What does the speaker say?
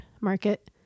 market